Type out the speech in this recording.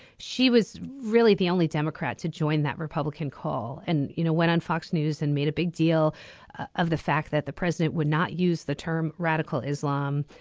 she was really the only democrat to join that republican call. and you know went on fox news and made a big deal of the fact that the president would not use the term radical islam.